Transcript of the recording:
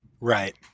Right